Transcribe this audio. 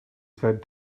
said